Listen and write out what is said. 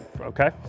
Okay